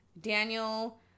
Daniel